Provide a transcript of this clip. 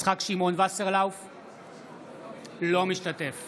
אינו משתתף